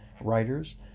writers